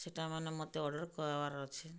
ସେଟାମାନେ ମତେ ଅର୍ଡ଼ର୍ କର୍ବାର୍ ଅଛେ